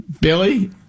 Billy